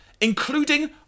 including